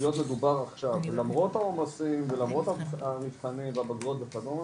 להיות מדובר עכשיו למרות העומסים ולמרות המבחנים והבגרויות וכדומה,